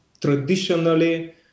traditionally